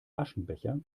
aschenbecher